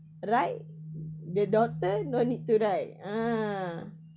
ride the daughter no need to ride ha